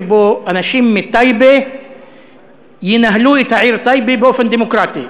שבהן אנשים מטייבה ינהלו את העיר טייבה באופן דמוקרטי?